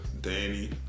Danny